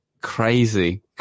Crazy